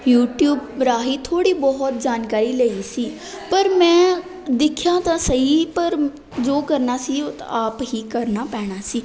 YouTube ਰਾਹੀਂ ਥੋੜ੍ਹੀ ਬਹੁਤ ਜਾਣਕਾਰੀ ਲਈ ਸੀ ਪਰ ਮੈਂ ਦੇਖਿਆ ਤਾਂ ਸਹੀ ਪਰ ਜੋ ਕਰਨਾ ਸੀ ਉਹ ਤਾਂ ਆਪ ਹੀ ਕਰਨਾ ਪੈਣਾ ਸੀ